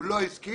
הוא לא הסכים,